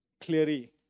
clearly